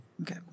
Okay